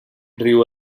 drew